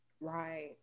Right